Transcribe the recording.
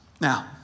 Now